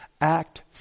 act